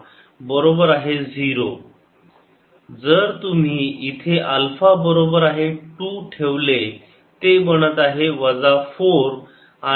α2 β1 γ2 δ1α β 1 2α2βγ0 42γ0 γ2 जर तुम्ही इथे अल्फा बरोबर आहे 2 ठेवले ते बनत आहे वजा 4